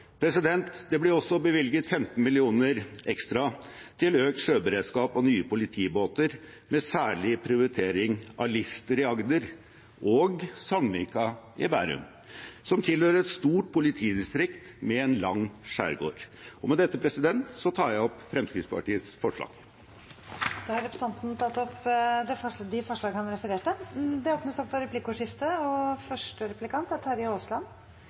Det blir også bevilget 15 mill. kr ekstra til økt sjøberedskap og nye politibåter med særlig prioritering av Lister i Agder og Sandvika i Bærum, som tilhører et stort politidistrikt med en lang skjærgård. Med dette tar jeg opp Fremskrittspartiets forslag. Representanten Hans Andreas Limi har tatt opp de forslagene han refererte til. Det blir replikkordskifte. Det representanten Limi ikke nevnte, er